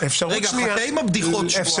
גברתי היועצת המשפטית --- אתה תתייחס גם למה שאני אמרתי?